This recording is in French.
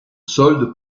solde